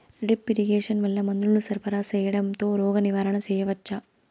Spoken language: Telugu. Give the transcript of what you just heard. డ్రిప్ ఇరిగేషన్ వల్ల మందులను సరఫరా సేయడం తో రోగ నివారణ చేయవచ్చా?